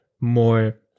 more